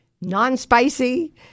non-spicy